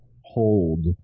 hold